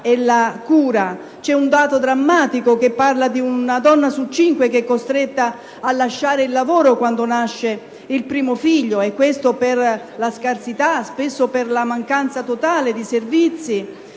e la cura. C'è un dato drammatico, che parla di una donna su cinque che è costretta a lasciare il lavoro quando nasce il primo figlio, e questo per la scarsità, spesso per la mancanza totale di servizi,